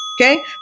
Okay